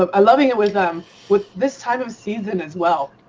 ah i loving it with um with this time of season as well.